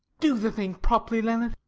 do the thing properly, leonard.